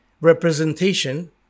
representation